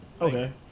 Okay